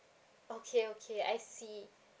okay okay I see